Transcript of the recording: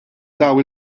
dawn